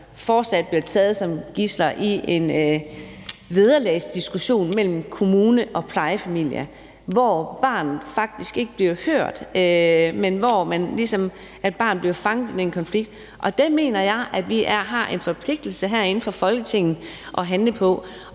bliver taget som gidsler i en vederlagsdiskussion mellem kommune og plejefamilie, hvor barnet faktisk ikke bliver hørt, men bliver fanget i den konflikt, og det mener jeg at vi herinde i Folketinget har en forpligtelse til at handle på.